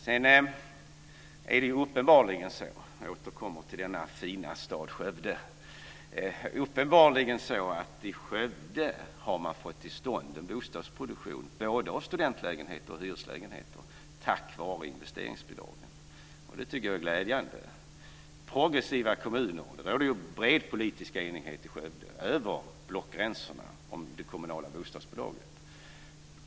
Sedan är det uppenbarligen så - jag återkommer till denna fina stad, Skövde - att i Skövde har man fått till stånd en bostadsproduktion, både av studentlägenheter och hyreslägenheter, tack vare investeringsbidragen, och det tycker jag är glädjande. Det råder ju en bred politisk enighet i Skövde, över blockgränserna, om det kommunala bostadsbolaget.